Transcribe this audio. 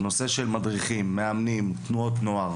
הנושא של מדריכים, מאמנים, תנועות נוער